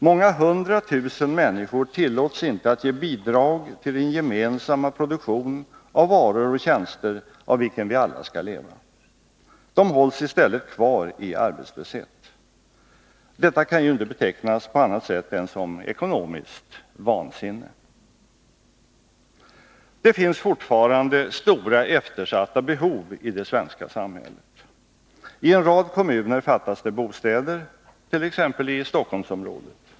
Många hundra tusen människor tillåts inte att ge bidrag till den gemensamma produktion av varor och tjänster av vilken vi alla skall leva. De hålls i stället kvar i arbetslöshet. Detta kan inte betecknas på annat sätt än som ekonomiskt vansinne. Det finns fortfarande stora eftersatta behov i det svenska samhället. I en rad kommuner fattas det bostäder, t.ex. i Stockholmsområdet.